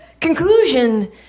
Conclusion